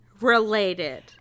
related